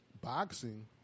Boxing